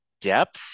depth